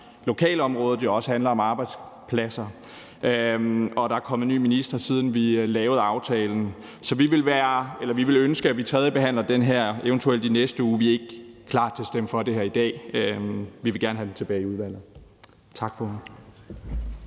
lokalområdet og også handler om arbejdspladser. Og der er kommet ny minister, siden vi lavede aftalen. Vi ville ønske, at vi tredjebehandler det her forslag i næste uge. Vi er ikke klar til at stemme for det i dag. Vi vil gerne have det tilbage i udvalget. Tak, formand.